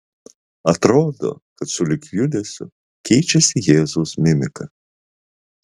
atrodo kad sulig judesiu keičiasi jėzaus mimika